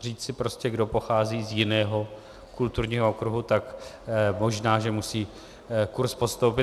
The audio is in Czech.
Říci prostě, kdo pochází z jiného kulturního okruhu, tak možná že musí kurz podstoupit.